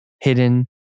hidden